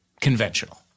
conventional